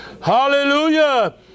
Hallelujah